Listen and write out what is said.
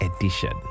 edition